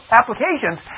applications